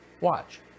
Watch